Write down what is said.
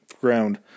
ground